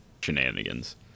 shenanigans